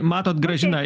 matot grąžina